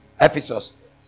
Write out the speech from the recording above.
Ephesus